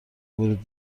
ورود